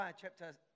chapter